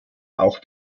auch